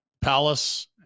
Palace